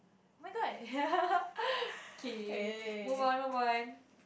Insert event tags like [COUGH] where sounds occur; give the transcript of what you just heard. oh-my-god [LAUGHS] kay move on move on